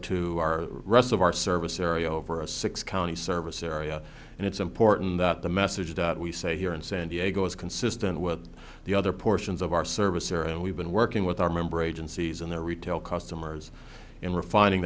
to our rest of our service area over a six county service area and it's important that the message that we say here in san diego is consistent with the other portions of our service are and we've been working with our member agencies and their retail customers in refining